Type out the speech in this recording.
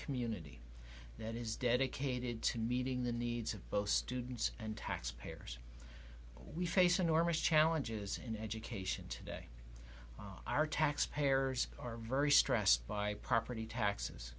community that is dedicated to meeting the needs of both students and taxpayers we face enormous challenges in education today our taxpayers are very stressed by property taxes